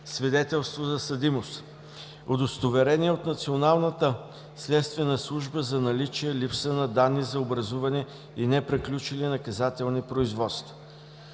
свидетелство за съдимост; - удостоверения от Националната следствена служба за наличие/липса на данни за образувани и неприключени наказателни производства.